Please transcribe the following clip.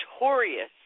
notorious